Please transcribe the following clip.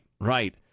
right